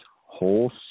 whole